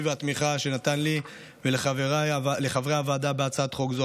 והתמיכה שנתן לי ולחברי הוועדה בהצעת חוק זו.